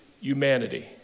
humanity